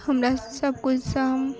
हमरा सब किछु